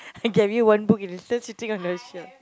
I gave you one book and it's still sitting in your shelf